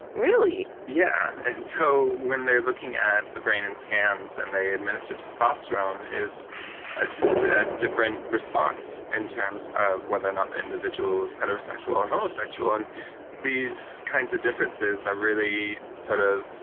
really? yeah. and so when they're looking at the brain in scans and they administer testosterone, it's ah just a different response in terms of whether or not the individual is heterosexual or homosexual. and these kinds of differences are really, sort of,